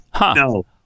No